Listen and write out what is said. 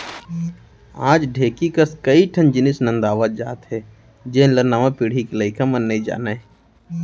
आज ढेंकी कस कई ठन जिनिस नंदावत जात हे जेन ल नवा पीढ़ी के लइका मन नइ जानयँ